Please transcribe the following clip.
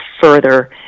further